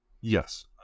Yes